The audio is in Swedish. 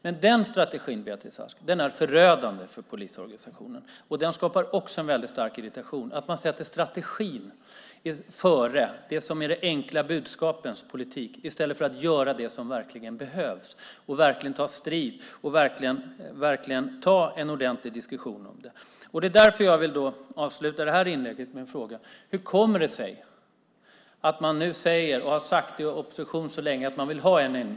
Men den strategin är förödande för polisorganisationen, Beatrice Ask. Den skapar också en stark irritation. Ni sätter strategin före det som är de enkla budskapens politik i stället för att göra det som verkligen behövs och verkligen ta strid och ta en ordentlig diskussion. Därför vill jag avsluta det här inlägget med en fråga. Ni säger nu, och har sagt i opposition så länge, att ni vill ha en enda myndighet.